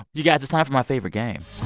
you guys, it's time for my favorite game.